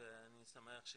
ואני שמח שהזמנת.